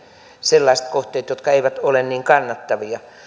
sellaiset kohteet jotka eivät ole niin kannattavia